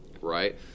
right